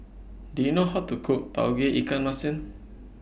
Do YOU know How to Cook Tauge Ikan Masin